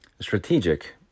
strategic